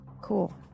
Cool